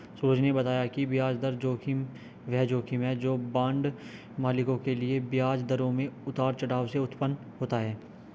सूरज ने बताया कि ब्याज दर जोखिम वह जोखिम है जो बांड मालिकों के लिए ब्याज दरों में उतार चढ़ाव से उत्पन्न होता है